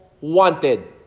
wanted